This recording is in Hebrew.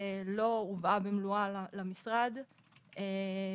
לא הובאו במלואן למשרד הבריאות,